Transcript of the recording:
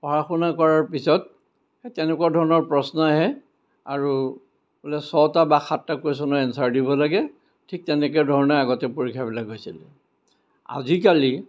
পঢ়া শুনা কৰাৰ পিছত সেই তেনেকুৱা ধৰণৰ প্ৰশ্নই আহে আৰু বোলে ছটা বা সাতটা কুৱেচনৰ এন্চাৰ দিব লাগে ঠিক তেনেকুৱা ধৰণে আগতে পৰীক্ষাবিলাক হৈছিল আজিকালি